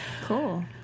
Cool